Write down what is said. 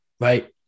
Right